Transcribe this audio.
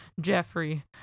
Jeffrey